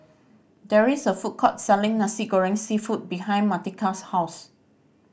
there is a food court selling Nasi Goreng Seafood behind Martika's house